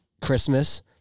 Christmas